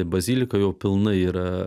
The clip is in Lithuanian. bazilika jau pilnai yra